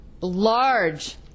Large